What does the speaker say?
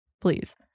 Please